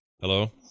Hello